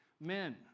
men